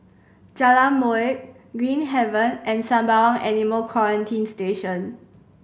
Jalan Molek Green Haven and Sembawang Animal Quarantine Station